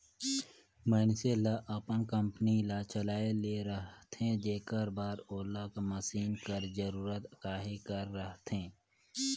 मइनसे ल अपन कंपनी ल चलाए ले रहथे जेकर बर ओला मसीन कर जरूरत कहे कर रहथे